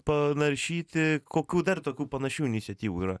panaršyti kokių dar tokių panašių iniciatyvų yra